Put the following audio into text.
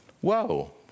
whoa